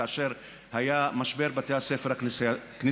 כאשר היה משבר בתי הספר הכנסייתיים,